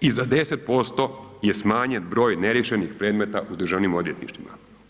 i za 10% je smanjen broj neriješenih predmeta u državnim odvjetništvima.